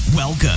Welcome